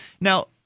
Now